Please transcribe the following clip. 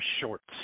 shorts